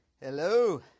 Hello